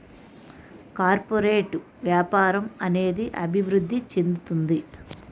corporate వ్యాపారం అనేది అభివృద్ధి చెందుతుంది